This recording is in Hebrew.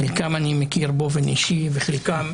את חלקם אני מכיר באופן אישי, וחלקם